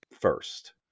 first